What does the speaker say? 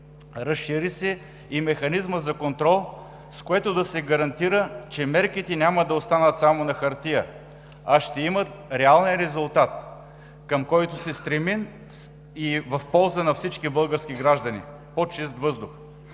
Разшири се и механизмът за контрол, с което да се гарантира, че мерките няма да останат само на хартия, а ще имат реален резултат, към който се стремим и който е в полза на всички български граждани – по-чист въздух.